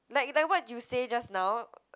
like like what you say just now